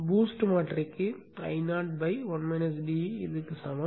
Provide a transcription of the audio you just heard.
BOOST மாற்றிக்கு Iin Io க்கு சமம்